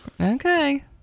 okay